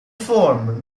former